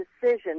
decision